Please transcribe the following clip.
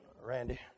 Randy